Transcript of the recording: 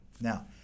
Now